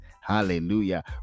Hallelujah